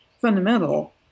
fundamental